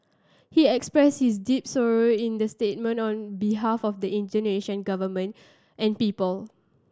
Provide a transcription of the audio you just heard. he expressed his deep sorrow in the statement on behalf of the Indonesian Government and people